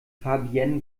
fabienne